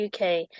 UK